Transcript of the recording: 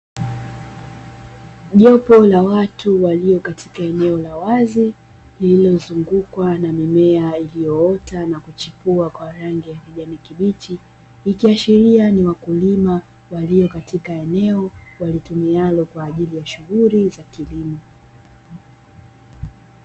Jopo la watu waliopo katika eneo la wazi iliyozungukwa na mimea iliyochipua na kutoa kwa rangi ya kijani kibichi. Ikiashiria ni wakulima walio katika eneo walitumialo kwa ajili ya shughuli za kilimo.